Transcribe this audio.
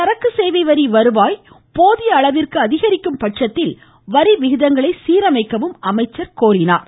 சரக்குசேவை வரி வருவாய் போதிய அளவிற்கு அதிகரிக்கம் பட்சத்தில் வரிவிகிதங்களை சீரமைக்க கோரினார்